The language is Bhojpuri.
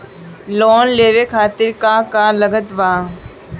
लोन लेवे खातिर का का लागत ब?